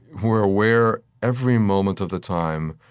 we're aware, every moment of the time,